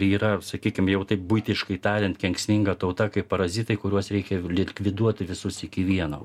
yra sakykim jau taip buitiškai tariant kenksminga tauta kaip parazitai kuriuos reikia likviduoti visus iki vieno